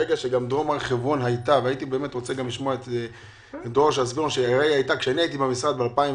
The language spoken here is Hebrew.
שדרום הר חברון הייתה תחת הרשות לפיתוח הנגב כשאני הייתי במשרד ב-2015,